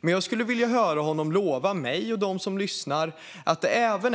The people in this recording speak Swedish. Men jag skulle vilja höra honom lova mig och dem som lyssnar att han - även